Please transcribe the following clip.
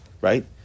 Right